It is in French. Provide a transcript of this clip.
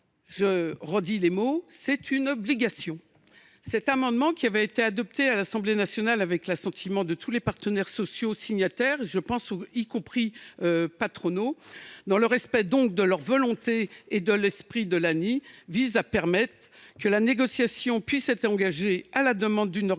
J’y insiste, il s’agit d’une obligation. Cet amendement, qui avait été adopté à l’Assemblée nationale avec l’assentiment de tous les partenaires sociaux signataires, y compris patronaux, dans le respect de leur volonté et de l’esprit de l’ANI, vise à permettre d’engager la négociation à la demande d’une organisation